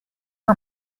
her